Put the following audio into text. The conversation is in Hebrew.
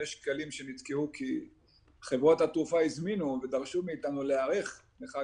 שקלים שנתקעו כי חברות התקופה הזמינו ודרשו מאיתנו להיערך לחג